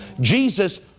Jesus